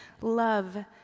love